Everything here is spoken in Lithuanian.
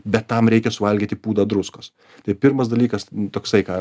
bet tam reikia suvalgyti pūdą druskos tai pirmas dalykas toksai ką